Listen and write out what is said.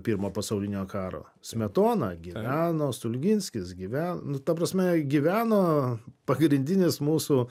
pirmojo pasaulinio karo smetona gyveno stulginskis gyve nu ta prasme gyveno pagrindinis mūsų